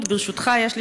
לא בנכים ולא בקשישים,